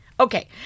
Okay